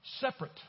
separate